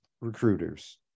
recruiters